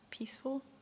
Peaceful